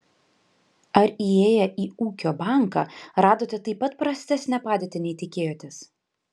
ar įėję į ūkio banką radote taip pat prastesnę padėtį nei tikėjotės